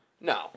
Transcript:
No